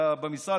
במשרד,